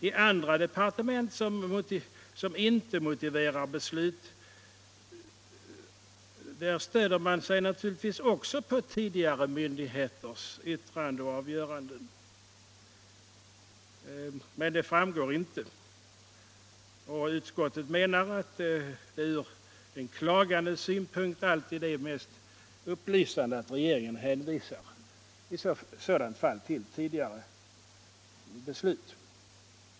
I andra departement, där man inte motiverar beslut, stöder man sig naturligtvis också på tidigare yttranden och avgöranden av myndigheter, men det framgår inte. Utskottet menar att det ur den klagandes synpunkt alltid är mest upplysande att regeringen i sådant fall hänvisar till tidigare beslut.